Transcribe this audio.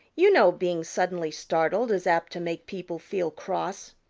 you know being suddenly startled is apt to make people feel cross.